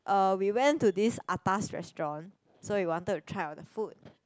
um we went to this atas restaurant so we wanted to try on the food